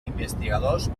investigadors